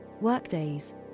workdays